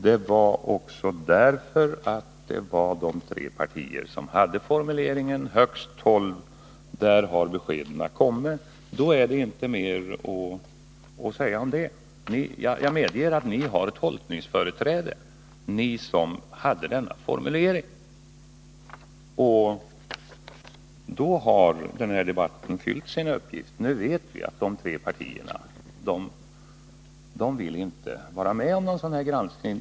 Beträffande de tre partier som hade formuleringen ”högst tolv” har beskeden kommit, och då är det inte mer att säga om det. Jag medger att ni som hade denna formulering också har tolkningsföreträde. Den här debatten har fyllt sin uppgift. Nu vet vi att de tre partierna inte vill vara med om en sådan här granskning.